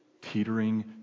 teetering